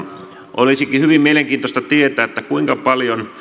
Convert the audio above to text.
olisikin hyvin mielenkiintoista tietää kuinka paljon